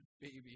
baby